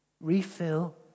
refill